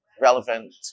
relevant